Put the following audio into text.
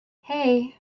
hey